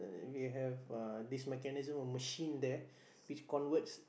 we have uh this mechanism or machine there which converts